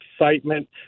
excitement